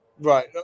right